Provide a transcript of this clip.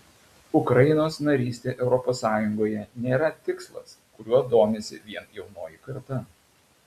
ukrainos narystė europos sąjungoje nėra tikslas kuriuo domisi vien jaunoji karta